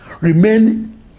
remain